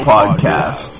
Podcast